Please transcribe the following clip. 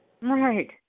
Right